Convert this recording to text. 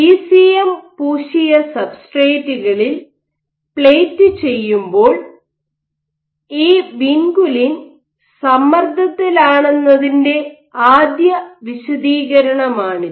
ECM പൂശിയ സബ്സ്ട്രേറ്റുകളിൽ plate ചെയ്യുമ്പോൾ ഈ വിൻകുലിൻ സമ്മർദ്ദത്തിലാണെന്നതിന്റെ ആദ്യ വിശദീകരണമാണിത്